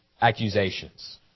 accusations